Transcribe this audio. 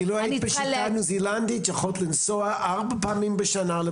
אילו היית בשיטה של ניו זילנד היית יכולה לנסוע ארבע פעמים בשנה.